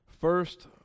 first